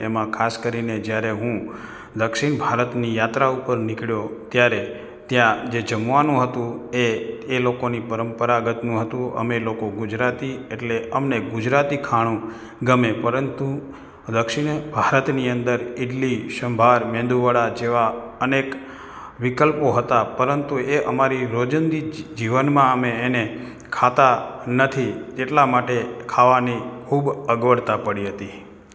એમાં ખાસ કરીને જ્યારે હું દક્ષિણ ભારતની યાત્રા ઉપર નીકળ્યો ત્યારે ત્યાં જે જમવાનું હતું તે એ લોકોની પરંપરાગતનું હતું અને અમે લોકો ગુજરાતી એટલે અમને ગુજરાતી ખાણું ગમે પરંતુ દક્ષિણ ભારતની અંદર ઈડલી સાંભાર મેંદુવડા જેવા અનેક વિકલ્પો હતા પરંતુ એ અમારી રોજીંદી જીવનમાં અમે એને ખાતા નથી એટલા માટે ખાવાની ખૂબ અગવડતા પડી હતી